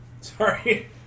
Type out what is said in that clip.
Sorry